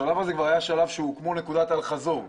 השלב הזה היה כמו נקודת אל-חזור.